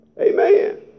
amen